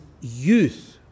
youth